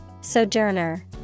Sojourner